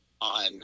on